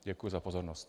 Děkuji za pozornost.